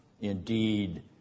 Indeed